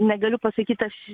negaliu pasakyt aš